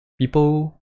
people